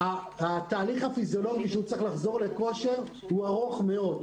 התהליך הפיזיולוגי שנדרש ממנו כדי לחזור לכושר הוא ארוך מאוד,